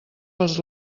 pels